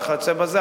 וכיוצא בזה,